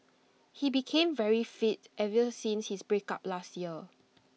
he became very fit ever since his breakup last year